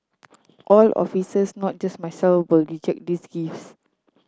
all officers not just myself will reject these gifts